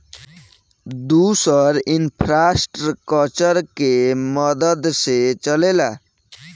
दुसर इन्फ़्रास्ट्रकचर के मदद से चलेला